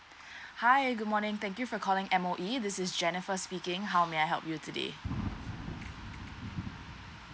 hi good morning thank you for calling M_O_E this is jennifer speaking how may I help you today